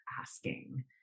asking